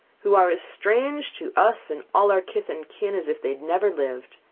who are as strange to us and all our kith and kin, as if they had never lived.